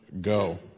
go